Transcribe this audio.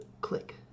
click